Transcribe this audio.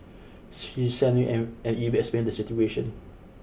she sent him an an email explaining the situation